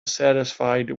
satisfied